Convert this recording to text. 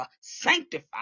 sanctify